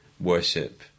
worship